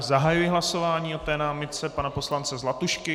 Zahajuji hlasování o námitce pana poslance Zlatušky.